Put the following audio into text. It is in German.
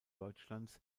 deutschlands